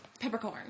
peppercorn